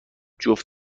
جفت